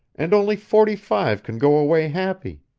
and only forty-five can go away happy.